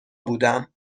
بودم